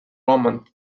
roman